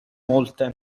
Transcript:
molte